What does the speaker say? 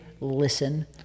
listen